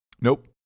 Nope